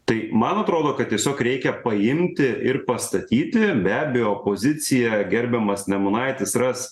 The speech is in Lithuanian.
tai man atrodo kad tiesiog reikia paimti ir pastatyti be abejo opozicija gerbiamas nemunaitis ras